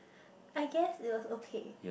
I guess it was okay